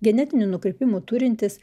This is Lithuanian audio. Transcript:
genetinių nukrypimų turintys